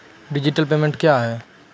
Digital payment क्या हैं?